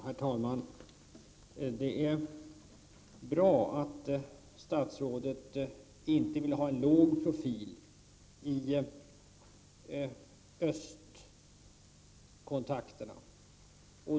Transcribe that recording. Herr talman! Det är bra att statsrådet inte vill ha en låg profil i östkontakterna.